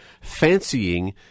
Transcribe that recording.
fancying